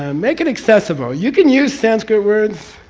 um make it accessible. you can use sanskrit words,